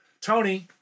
Tony